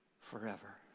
forever